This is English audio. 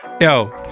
yo